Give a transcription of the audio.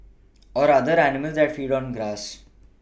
or other animals that feed on grass